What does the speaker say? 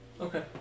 Okay